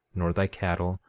nor thy cattle,